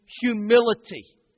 humility